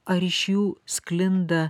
ar iš jų sklinda